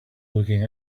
looking